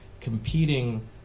competing